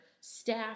staff